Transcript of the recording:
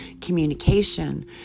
communication